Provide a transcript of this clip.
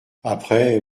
après